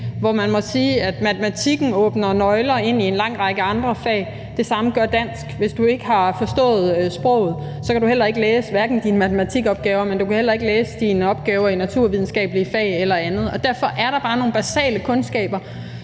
hvor man må sige, at matematikken giver nogle nøgler til at åbne op for en lang række andre fag, og det samme gør dansk. Hvis du ikke har forstået sproget, kan du heller ikke læse dine matematikopgaver, og du kan heller ikke læse dine opgaver i naturvidenskabelige fag eller andet. Derfor er der bare nogle basale kundskaber,